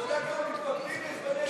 גברתי?